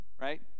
right